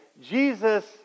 Jesus